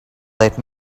lend